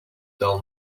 dull